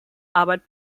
arbeit